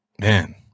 man